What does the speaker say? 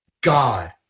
god